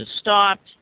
stopped